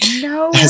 no